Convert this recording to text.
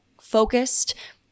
focused